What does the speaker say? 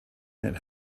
that